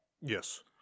Yes